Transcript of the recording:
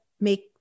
make